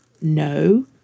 No